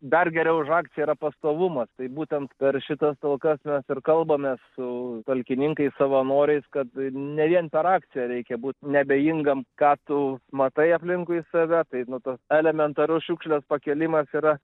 dar geriau už akciją yra pastovumas tai būtent per šitas talkas mes ir kalbamės su talkininkais savanoriais kad ne vien per akciją reikia būt neabejingam ką tu matai aplinkui save tai nu tas elementarus šiukšlės pakėlimas yra